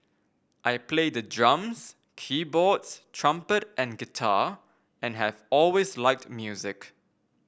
I play the drums keyboards trumpet and guitar and have always liked music